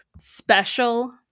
special